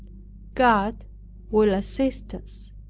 god will assist us.